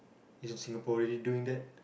is our Singaporeans doing that